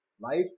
Life